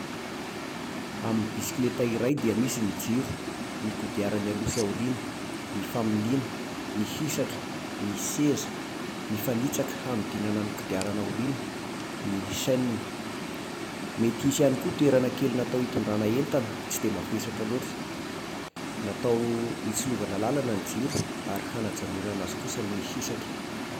Amin'ny bisikileta iray dia misy ny jiro, ny kodiarany aloha sy aoriana, ny familiana, ny hisatra, ny seza, ny fanitsaka hanodinana ny kodiarana aoriana, ny chaine. Mety hisy ihany koa toerana kely natao hitondrana entana tsy dia mavesatra loatra. Natao hitsilovana làlana ny jiro ary hanajanonana azy kosa ny hisatra.